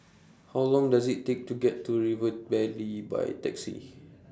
How Long Does IT Take to get to River Valley By Taxi